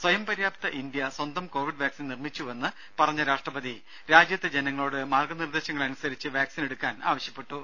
സ്വയംപര്യാപ്ത India സ്വന്തം covid vaccine നിർമ്മിച്ചുവെന്ന് പറഞ്ഞ രാഷ്ട്രപതി രാജ്യത്തെ ജനങ്ങളോട് മാർഗനിർദേശങ്ങളനുസരിച്ച് വാക്സിൻ എടുക്കാൻ ആവശ്യപ്പെട്ടു